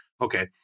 okay